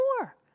more